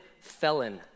felon